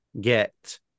get